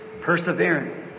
Persevering